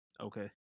Okay